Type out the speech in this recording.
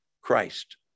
Christ